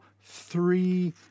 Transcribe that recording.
three